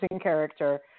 character